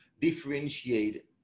differentiate